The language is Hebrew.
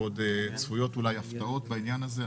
וגם עוד צפויות אולי הפתעות בעניין הזה.